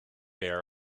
air